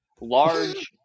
large